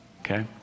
okay